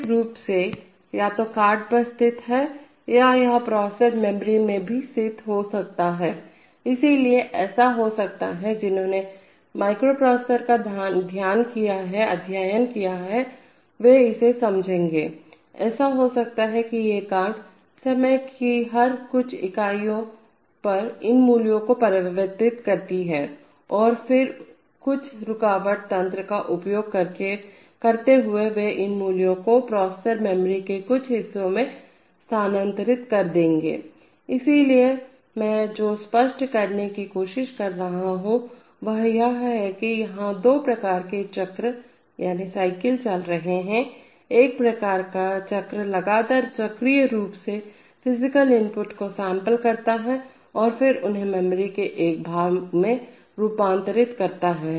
भौतिक रूप से या तो कार्ड पर स्थित है या यह प्रोसेसर मेमोरी में भी स्थित हो सकता है इसलिए ऐसा हो सकता है जिन्होंने माइक्रोप्रोसेसरों का अध्ययन किया है वे इसे समझेंगे ऐसा हो सकता है कि ये कार्ड समय की हर कुछ इकाइयां इन मूल्यों को परिवर्तित करती हैं और फिर कुछ रुकावट तंत्र का उपयोग करते हुए वे इन मूल्यों को प्रोसेसर मेमोरी के कुछ हिस्से में स्थानांतरित कर देंगे इसलिए मैं जो स्पष्ट करने की कोशिश कर रहा हूं वह यह है कि यहां दो प्रकार के चक्र साइकिलचल रहे हैं एक प्रकार का चक्र लगातार चक्रीय रूप से फिजिकल इनपुट को सैंपल करता है और फिर उन्हें मेमोरी के एक भाग में रूपांतरित करता है